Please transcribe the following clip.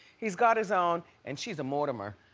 he's got his own and she's a mortimer.